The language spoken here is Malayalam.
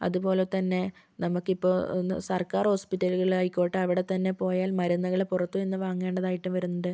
അതുപോലെ തന്നെ നമുക്കിപ്പോൾ സർക്കാർ ഹോസ്പിറ്റലുകളിലായിക്കോട്ടെ അവിടെ തന്നെ പോയാൽ മരുന്നുകൾ പുറത്ത് നിന്ന് വാങ്ങേണ്ടതായിട്ട് വരുന്നുണ്ട്